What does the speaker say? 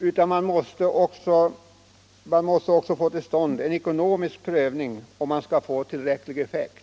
utan man måste också för att kunna åstadkomma tillräcklig effekt få till stånd en ekonomisk prövning.